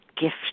gift